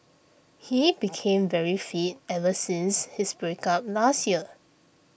he became very fit ever since his break up last year